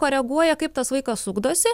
koreguoja kaip tas vaikas ugdosi